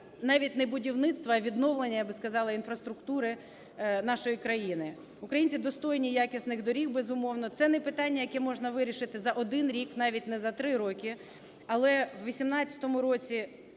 навіть не будівництва, а відновлення, я би сказала, інфраструктури нашої країни. Українці достойні якісних доріг, безумовно. Це не питання, яке можна вирішити за один рік, навіть не за три роки, але у 18-му році